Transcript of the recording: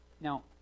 Now